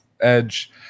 edge